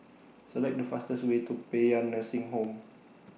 Select The fastest Way to Paean Nursing Home